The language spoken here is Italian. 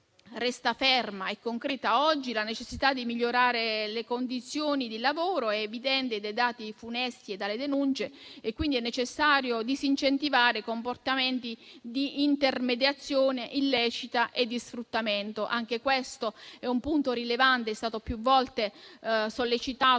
Resta ferma e concreta, oggi, la necessità di migliorare le condizioni di lavoro; è evidente dai dati funesti e dalle denunce. È necessario disincentivare comportamenti di intermediazione illecita e di sfruttamento. Anche questo è un punto rilevante, che è stato più volte sollecitato